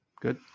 Good